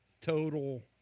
total